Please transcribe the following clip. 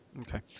Okay